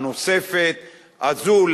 הנוספת הזו,